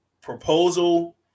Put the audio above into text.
proposal